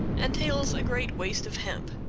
entails a great waste of hemp.